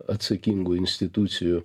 atsakingų institucijų